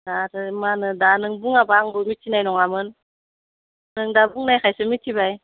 आरो माहोनो दानो बुङाब्ला आंबो मिथिनाय नङामोन नों दा बुंनायखायसो मिथिबाय